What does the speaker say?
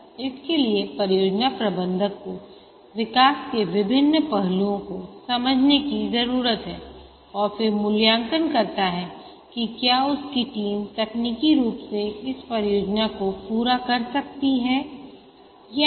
इसके लिए परियोजना प्रबंधक को विकास के विभिन्न पहलुओं को समझने की जरूरत है और फिर मूल्यांकन करता है कि क्या उसकी टीम तकनीकी रूप से इस परियोजना को पूरा कर सकती हैं या नहीं